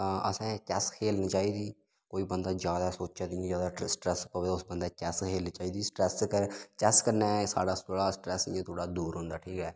असें चैस खेलनी चाहिदी कोई बंदा ज्यादा सोचै ते इ'यां ज्यादा स्ट्रैस होऐ ते उसी बंदे चैस खेलनी चाहिदी स्ट्रैस चैस कन्नै साढ़ा थोह्ड़ा स्ट्रैस इयां थोह्ड़ा दूर होंदा ठीक ऐ